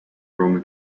roman